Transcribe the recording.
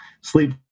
Sleep